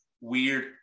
weird